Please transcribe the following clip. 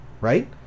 Right